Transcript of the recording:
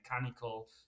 mechanical